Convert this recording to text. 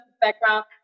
background